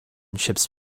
ships